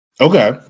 Okay